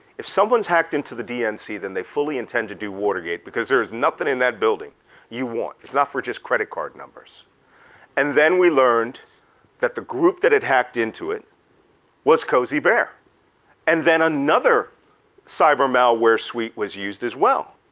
if someone's hacked into the dnc, then they fully intend to do watergate because there is nothing in that building you want. it's not for just credit card numbers and then we learned that the group that had hacked into it was cozy bear and then another cyber malware suite was used as well,